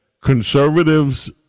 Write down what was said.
conservatives